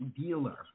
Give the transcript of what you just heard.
Dealer